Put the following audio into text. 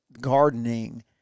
gardening